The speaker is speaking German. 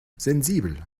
sensibel